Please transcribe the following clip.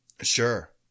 Sure